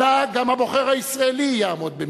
אלא גם הבוחר הישראלי יעמוד למבחן.